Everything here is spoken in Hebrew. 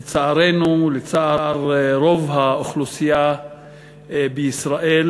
לצערנו, לצער רוב האוכלוסייה בישראל,